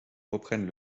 reprennent